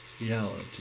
reality